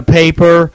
paper